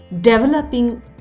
developing